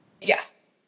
yes